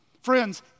Friends